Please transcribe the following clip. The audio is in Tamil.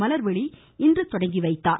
மலர்விழி இன்று தொடங்கிவைத்தார்